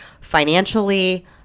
financially